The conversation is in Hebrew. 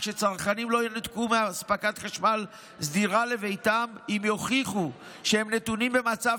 שצרכנים לא ינותקו מאספקת חשמל סדירה לביתם אם יוכיחו שהם נתונים במצב